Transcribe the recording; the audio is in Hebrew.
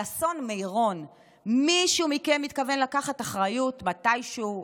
על אסון מירון מישהו מכם מתכוון לקחת אחריות מתישהו?